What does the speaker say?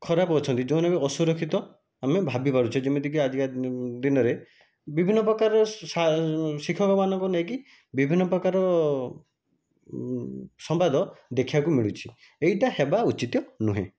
ଖରାପ ଅଛନ୍ତି ଯେଉଁମାନେ ବି ଅସୁରକ୍ଷିତ ଆମେ ଭାବିପାରୁଛେ ଯେମିତିକି ଆଜିକା ଦିନରେ ବିଭିନ୍ନ ପ୍ରକାର ଶିକ୍ଷକମାନଙ୍କୁ ନେଇକି ବିଭିନ୍ନ ପ୍ରକାର ସମ୍ବାଦ ଦେଖିବାକୁ ମିଳୁଛି ଏଇଟା ହେବା ଉଚିତ୍ ନୁହେଁ